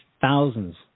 thousands